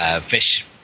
fish